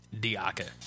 Diaka